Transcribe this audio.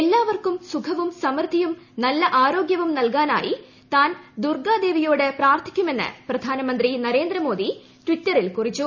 എല്ലാവർക്കും സുഖവും സമൃദ്ധിയും നല്ല ആരോഗ്യവും നൽകാനായി താൻ ദുർഗാദേവിയോട് പ്രാർത്ഥിക്കും എന്ന് പ്രധാനമന്ത്രി നരേന്ദ്ര മോദി ടിറ്ററിൽ കുറിച്ചു